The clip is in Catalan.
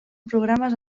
programes